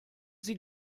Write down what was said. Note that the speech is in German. sie